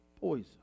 poison